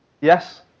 yes